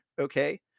Okay